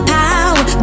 power